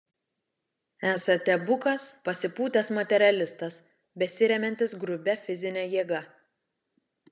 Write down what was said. esate bukas pasipūtęs materialistas besiremiantis grubia fizine jėga